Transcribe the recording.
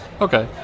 Okay